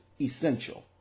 essential